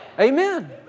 Amen